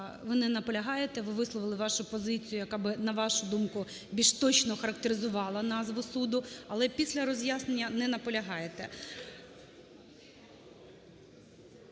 ви не наполягаєте, ви висловили вашу позицію, яка би на вашу думку більш точно охарактеризувала назву суду. Але після роз'яснення не наполягаєте.